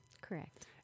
Correct